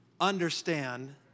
understand